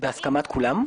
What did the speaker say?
בהסכמת כולם.